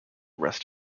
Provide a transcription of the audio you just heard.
rest